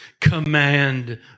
Command